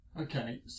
Okay